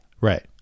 Right